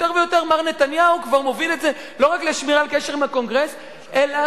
יותר ויותר מר נתניהו כבר הוביל את זה לא רק לשמירת קשר עם הקונגרס אלא,